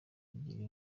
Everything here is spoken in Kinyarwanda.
ebyiri